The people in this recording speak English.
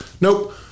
nope